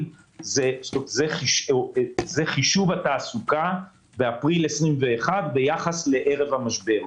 ביותר זה חישוב התעסוקה באפריל 2021 ביחס לערב המשבר,